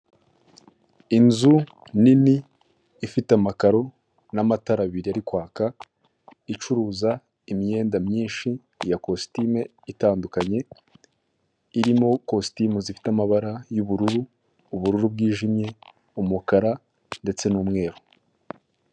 Inzu nini ifite amakaro n'amatara abiri ari kwaka icuruza imyenda myinshi ya kositimu itandukanye, irimo kositimu zifite amabara y'ubururu, ubururu bwijimye, umukara ndetse n'umweru.